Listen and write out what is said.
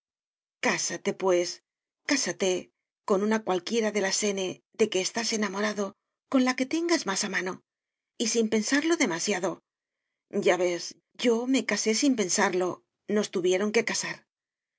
cásate pues cásate con una cualquiera de las ene de que estás enamorado con la que tengas más a mano y sin pensarlo demasiado ya ves yo me casé sin pensarlo nos tuvieron que casar